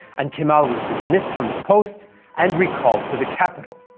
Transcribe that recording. and kemal was dismissed from his post and recalled to the capital.